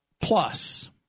plus